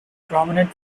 prominent